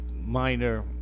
minor